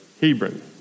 Hebron